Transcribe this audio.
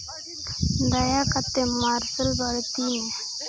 ᱫᱟᱭᱟ ᱠᱟᱛᱮ ᱢᱟᱨᱥᱟᱞ ᱵᱟᱹᱲᱛᱤᱭ ᱢᱮ